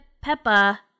Peppa